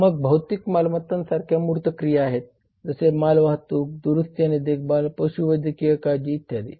मग भौतिक मालमत्तांसारख्या मूर्त क्रिया आहेत जसे मालवाहतूक दुरुस्ती आणि देखभाल पशुवैद्यकीय काळजी इत्यादी